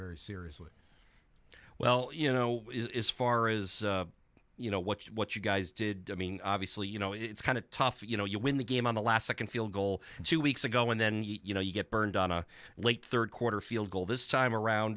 very seriously well you know is far is you know what's what you guys did i mean obviously you know it's kind of tough you know you win the game on the last second field goal two weeks ago and then you know you get burned on a late third quarter field goal this time around